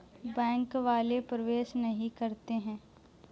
Bank वाले प्रवेश नहीं करते हैं?